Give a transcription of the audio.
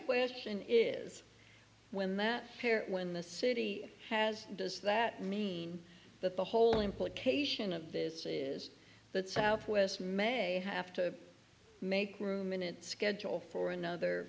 question is when that pair when the city has does that mean that the whole implication of this is that southwest may have to make room in its schedule for another